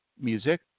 music